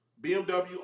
BMW